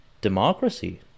democracy